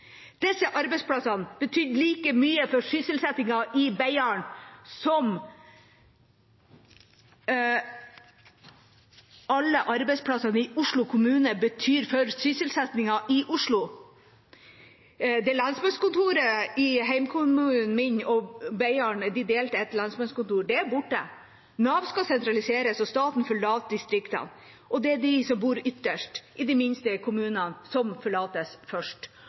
Disse arbeidsplassene betydde like mye for sysselsettingen i Beiarn som alle arbeidsplassene i Oslo kommune betyr for sysselsettingen i Oslo. Det lensmannskontoret hjemkommunen min, Saltdal, og Beiarn delte, er borte. Nav skal sentraliseres, og staten forlater distriktene. Det er de som bor ytterst, i de minste kommunene, som forlates først.